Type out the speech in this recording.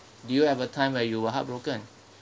do you have a time where you were heartbroken